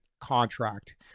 contract